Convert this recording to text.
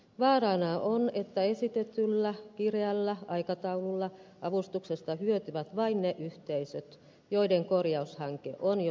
vaarana on että esitetyllä kireällä aikataululla avustuksesta hyötyvät vain ne yhteisöt joiden korjaushanke on jo pitkälle suunniteltu